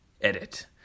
edit